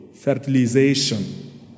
fertilization